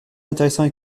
intéressant